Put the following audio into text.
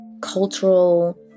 cultural